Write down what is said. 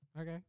Okay